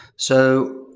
so,